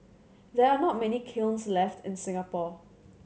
there are not many kilns left in Singapore